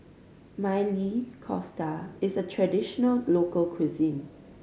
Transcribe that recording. Maili Kofta is a traditional local cuisine